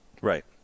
Right